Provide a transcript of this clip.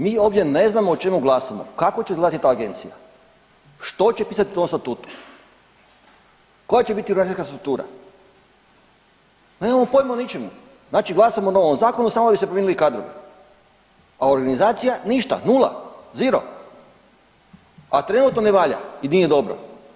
Mi ovdje ne znamo o čemu glasamo, kako će izgledati ta agencija, što će pisati u novom statutu, koja će biti razlika struktura, nemamo pojma o ničemu, znači glasamo o novom zakonu, a samo bi se promijenili kadrovi, a organizacija ništa, nula, zero, a trenutno ne valja i nije dobro.